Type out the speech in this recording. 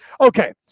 Okay